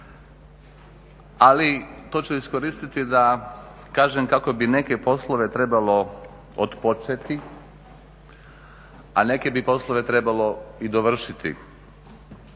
Ali to ću iskoristiti da kažem kako bi neke poslove trebalo otpočeti, a neke bi poslove trebalo i dovršiti.